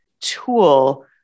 tool